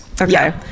Okay